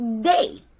day